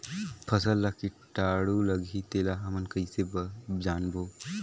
फसल मा कीटाणु लगही तेला हमन कइसे जानबो?